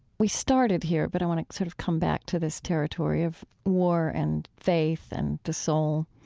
we started here, but i want to sort of come back to this territory of war and faith and the soul.